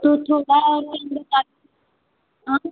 तो थोड़ा और आएँ